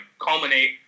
culminate